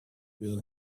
bill